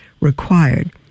required